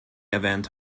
erwähnt